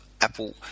Apple